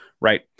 right